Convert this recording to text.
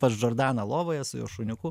pas džordaną lovoje su jos šuniuku